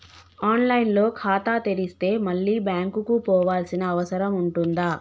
On line లో ఖాతా తెరిస్తే మళ్ళీ బ్యాంకుకు పోవాల్సిన అవసరం ఉంటుందా?